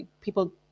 people